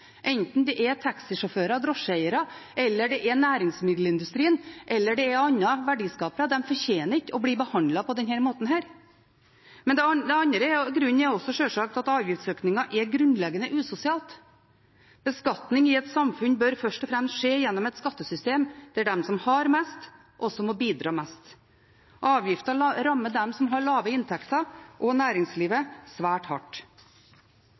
enten det er snakk om taxisjåfører og drosjeeiere, næringsmiddelindustrien eller andre verdiskapere. De fortjener ikke å bli behandlet på denne måten. Den andre grunnen er sjølsagt at avgiftsøkninger er grunnleggende usosialt. Beskatning i et samfunn bør først og fremst skje gjennom et skattesystem der de som har mest, må bidra mest. Avgifter rammer dem som har lave inntekter, og næringslivet, svært hardt.